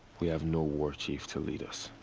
we have no warchief to lead us.